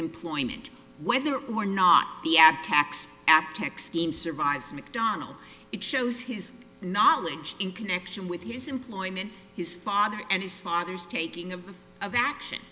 employment whether or not the act tax apt extreme survives macdonald it shows his knowledge in connection with his employment his father and his father's taking of of action